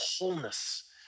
wholeness